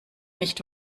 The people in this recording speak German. nicht